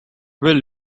will